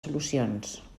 solucions